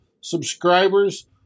subscribers